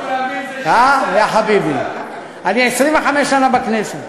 יא חביבי, אני 25 שנה בכנסת.